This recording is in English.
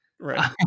Right